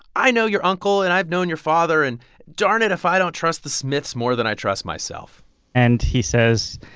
i know your uncle and i've known your father, and darn it if i don't trust the smiths more than i trust myself and he says,